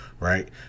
Right